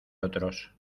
otros